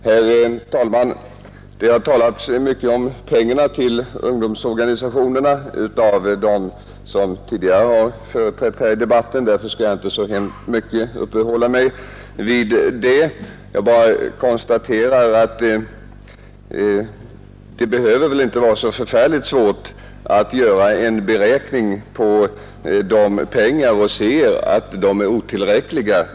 Herr talman! Det har i denna debatt talats mycket om pengarna till ungdomsorganisationerna, och jag skall därför inte så mycket uppehålla mig vid denna fråga. Jag vill bara konstatera att det väl inte behöver vara så svårt att göra en beräkning av dessa pengar och finna att de är otillräckliga.